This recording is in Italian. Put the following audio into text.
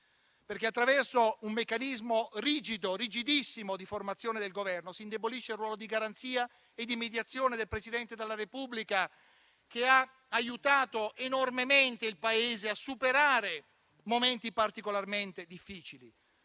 perché attraverso un meccanismo rigido, rigidissimo, di formazione del Governo si indebolisce il ruolo di garanzia e di mediazione del Presidente della Repubblica, che ha aiutato enormemente il Paese a superare momenti particolarmente difficili